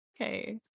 Okay